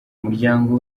umuryango